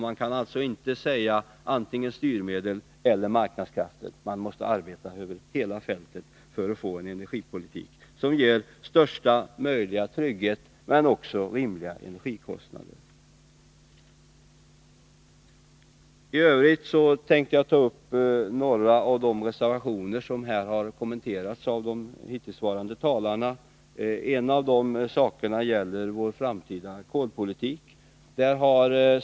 Man kan alltså inte säga antingen styrmedel eller marknadskrafter, utan man måste arbeta över hela fältet för att få en energipolitik som ger största möjliga trygghet men också rimliga energikostnader. I övrigt tänkte jag ta upp några av de reservationer som här har kommenterats av de föregående talarna. En av dessa reservationer gäller vår framtida kolpolitik.